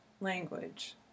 language